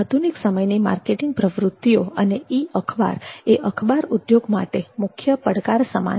આધુનિક સમયની માર્કેટિંગ પ્રવૃતિઓ અને ઈ અખબાર એ અખબાર ઉદ્યોગ માટે મુખ્ય પડકાર સમાન છે